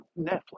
Netflix